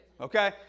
Okay